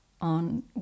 on